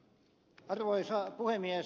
arvoisa puhemies